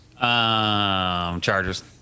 Chargers